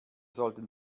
sollten